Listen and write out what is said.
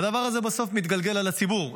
והדבר הזה בסוף מתגלגל על הציבור.